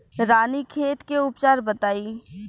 रानीखेत के उपचार बताई?